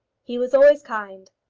he was always kind.